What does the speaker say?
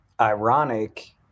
ironic